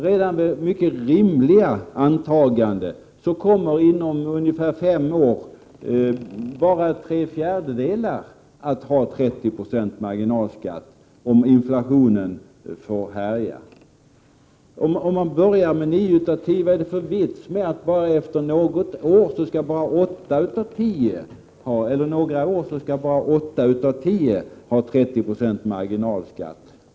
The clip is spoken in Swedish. Redan vid mycket rimliga antaganden kommer bara tre fjärdedelar av inkomsttagarna inom ungefär fem år att ha 30 96 marginalskatt om inflationen får härja. Om man börjar med nio av tio, vad är det då för vits med att bara åtta av tio inkomsttagare efter några år skall ha 30 96 marginalskatt?